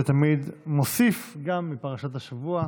שתמיד מוסיף גם מפרשת השבוע.